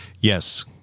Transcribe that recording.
yes